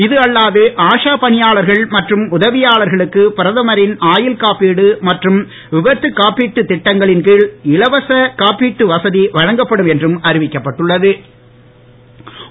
இதுஅல்லாது ஆஷா பணியாளர்கள் மற்றும் உதவியாளர்களுக்கு பிரதமரின் ஆயுள்காப்பீடு மற்றும் விபத்து காப்பீட்டு திட்டங்களின் கீழ் இலவச காப்பீட்டு வசதி வழங்கப்படும் என்றும் அறிவிக்கப்பட்டுள்ள து